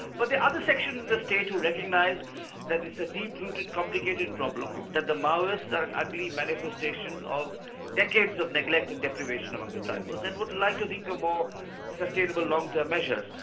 but the other sections in the state who recognise that it's a deep rooted complicated problem that the maoists are an ugly manifestation of decades of neglect and deprivation among the tribals and would like to think of more sustainable long-term measures.